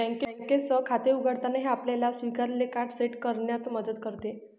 बँकेसह खाते उघडताना, हे आपल्याला स्वीकारलेले कार्ड सेट करण्यात मदत करते